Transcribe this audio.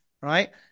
right